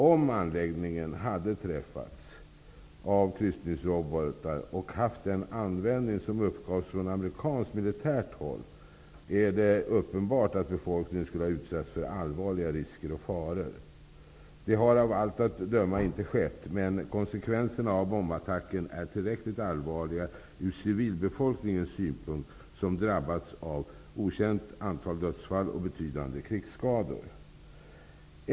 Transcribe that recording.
Om anläggningen hade träffats av kryssningsrobotar och om den hade haft den användning som uppgavs från amerikanskt militärt håll, är det uppenbart att befolkningen skulle ha utsatts för allvarliga risker och faror. Det har av allt att döma inte skett. Men konsekvenserna av bombattacken är tillräckligt allvarliga för civilbefolkningen, som har drabbats av okänt antal dödsfall och betydande krigsskador.